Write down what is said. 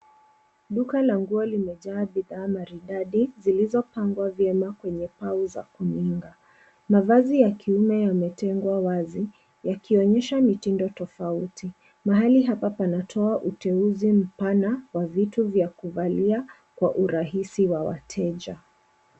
Duka la nguo limejaa bidhaa maridadi zilizopangwa kwenye vyema kwenye paa za kiunga . Mavazi ya kiume yametengwa wazi yakionyesha mitindo tofauti. Mahali hapa panatoa uteuzi mpana wa vitu vya kuvalia kwa urahisi wa wateja.